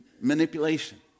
manipulation